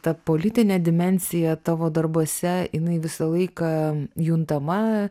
ta politinė dimensija tavo darbuose jinai visą laiką juntama